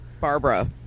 Barbara